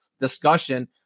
discussion